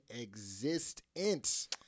existence